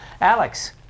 Alex